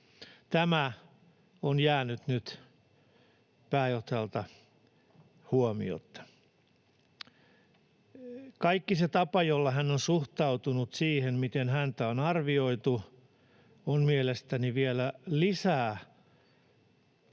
Tämä on jäänyt nyt pääjohtajalta huomiotta. Kaikki se tapa, jolla hän on suhtautunut siihen, miten häntä on arvioitu, on mielestäni tuomassa vielä lisää